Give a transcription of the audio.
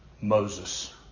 Moses